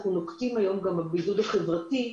אנחנו נוקטים היום בבידוד החברתי,